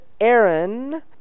Aaron